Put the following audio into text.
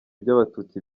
by’abatutsi